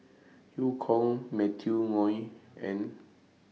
EU Kong Matthew Ngui and